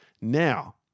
Now